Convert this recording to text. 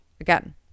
Again